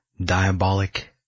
Diabolic